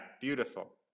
Beautiful